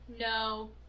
No